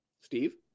Steve